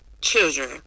children